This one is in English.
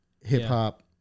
hip-hop